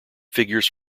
figures